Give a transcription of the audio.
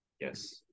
yes